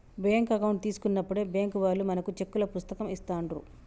bank account తీసుకున్నప్పుడే bank వాళ్ళు మనకు చెక్కుల పుస్తకం ఇస్తాండ్రు